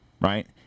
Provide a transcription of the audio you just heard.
Right